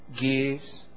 gives